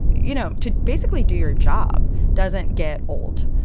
you know, to basically do your job doesn't get old.